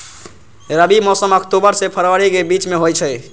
रबी मौसम अक्टूबर से फ़रवरी के बीच में होई छई